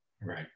Right